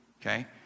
okay